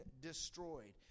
destroyed